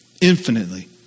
Infinitely